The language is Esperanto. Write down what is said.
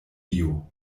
dio